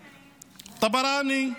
טבראני,